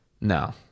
No